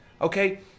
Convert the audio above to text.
okay